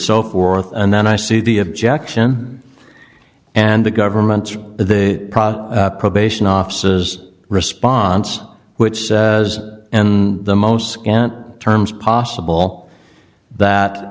so forth and then i see the objection and the government's the probation officer has a response which says that and the most terms possible that